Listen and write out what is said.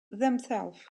themselves